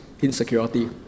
insecurity